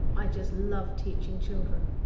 i just love teaching children.